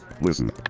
Listen